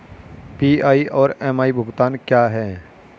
PI और MI भुगतान क्या हैं?